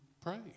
pray